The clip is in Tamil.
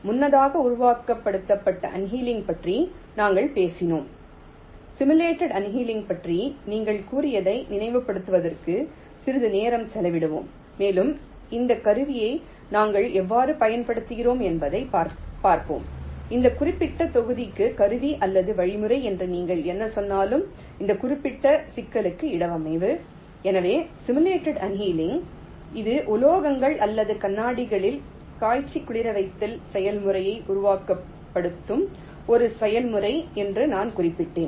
முன்னதாக உருவகப்படுத்தப்பட்ட அனீலிங் பற்றி நாங்கள் பேசினோம் சிமுலேட்டட் அனீலிங் பற்றி நீங்கள் கூறியதை நினைவுபடுத்துவதற்கு சிறிது நேரம் செலவிடுவோம் மேலும் இந்த கருவியை நாங்கள் எவ்வாறு பயன்படுத்துகிறோம் என்பதைப் பார்ப்போம் இந்த குறிப்பிட்ட தொகுதிக்கு கருவி அல்லது வழிமுறையை என்று நீங்கள் என்ன சொன்னாலும் இந்த குறிப்பிட்ட சிக்கலுக்கு இடவமைப்பு எனவே சிமுலேட்டட் அனீலிங் இது உலோகங்கள் அல்லது கண்ணாடிகளில் காய்ச்சிக்குளிரவைத்தல் செயல்முறையை உருவகப்படுத்தும் ஒரு செயல்முறை என்று நான் குறிப்பிட்டேன்